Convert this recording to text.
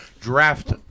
draft